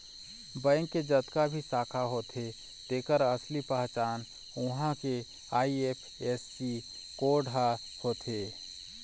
bank के जतका भी शाखा होथे तेखर असली पहचान उहां के आई.एफ.एस.सी कोड ह होथे